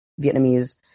Vietnamese